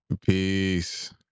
peace